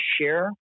share